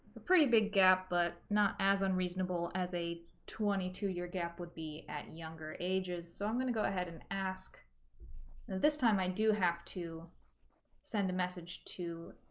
a pretty big gap but not as unreasonable as a twenty two year gap would be at younger ages so i'm gonna go ahead and ask and this time i do have to send a message to